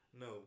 No